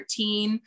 13